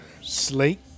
slate